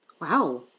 Wow